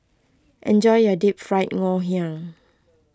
enjoy your Deep Fried Ngoh Hiang